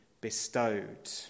bestowed